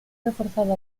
reforzado